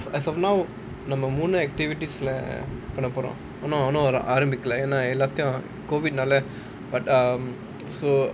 as of now நம்ம மூணு:namma moonu normal activities lah பண்ண போறோம் இன்னும் ஒன்னும் ஆரம்பிக்கல ஏன்னா எல்லாத்தையும்:panna porom innum onnum arambikkala yaennaa ellaathaiyum COVID நால:naala but um so